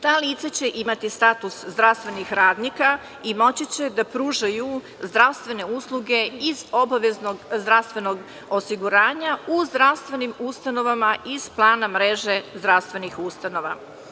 Ta lica će imati status zdravstvenih radnika i moći će da pružaju zdravstvene usluge iz obaveznog zdravstvenog osiguranja u zdravstvenim ustanovama iz plana mreže zdravstvenih ustanova.